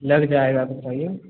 लग जाएगा बताइए